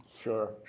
Sure